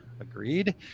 Agreed